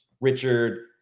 Richard